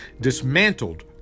dismantled